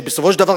ובסופו של דבר,